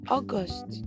August